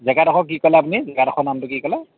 জেগাডোখৰ কি ক'লে আপুনি জেগাডোখৰ নামটো কি ক'লে